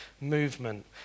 movement